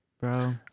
Bro